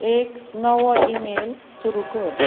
एक नवो इमेल सुरू कर